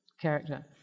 character